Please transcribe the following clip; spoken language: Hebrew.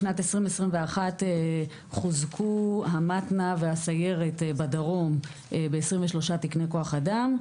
בשנת 2021 חוזקו המתנ"א והסיירת בדרום ב-23 תקני כוח אדם.